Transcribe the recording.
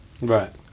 Right